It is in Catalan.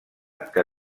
que